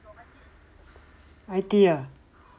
I_T ah